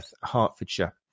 Hertfordshire